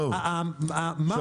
התשובה היא שכרגע זה פחות משנה,